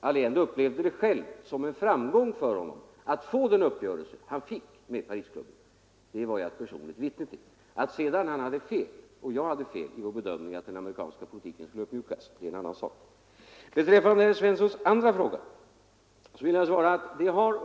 Allende upplevde det själv som en framgång för honom att få den uppgörelse han fick med Parisklubben — det var jag personligen vittne till. Att sedan han och jag hade fel i vår bedömning, att den amerikanska politiken skulle komma att uppmjukas, är en annan sak. På herr Svenssons andra fråga vill jag svara följande.